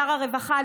שר הרווחה,